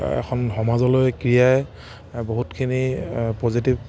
এখন সমাজলৈ ক্ৰীড়াই বহুতখিনি পজিটিভ